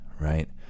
right